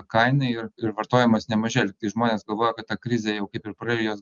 kainai ir ir vartojimas nemažėjatai žmonės galvoja kad ta krizė jau kaip ir praėjo juos